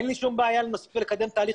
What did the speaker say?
אין לי שום בעיה לנסות ולקדם תהליך